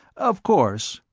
of course,